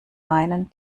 meinen